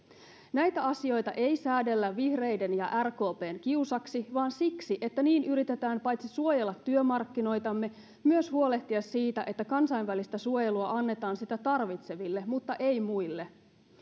näitä asioita ei säädellä vihreiden ja rkpn kiusaksi vaan siksi että niin yritetään paitsi suojella työmarkkinoitamme myös huolehtia siitä että kansainvälistä suojelua annetaan sitä tarvitseville mutta ei muille